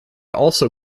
also